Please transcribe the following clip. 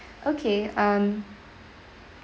okay um